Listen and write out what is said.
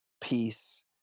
peace